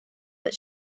that